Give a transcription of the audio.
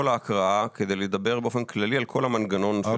ההקראה כדי לדבר באופן כללי על כל המנגנון.